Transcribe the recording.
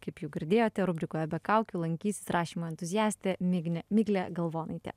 kaip jau girdėjote rubrikoje be kaukių lankysis rašymo entuziastė mignė miglė galvonaitė